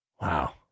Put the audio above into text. Wow